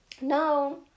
No